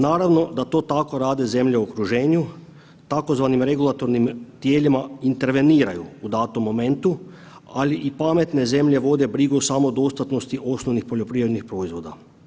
Naravno da to tako rade zemlje u okruženju tzv. regulatornim tijelima interveniraju u datom momentu, ali i pametne zemlje vode brigu o samodostatnosti osnovnih poljoprivrednih proizvoda.